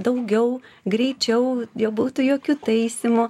daugiau greičiau nebūtų jokių taisymų